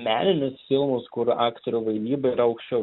meninius filmus kur aktorių vaidyba yra aukščiau